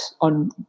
on